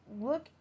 look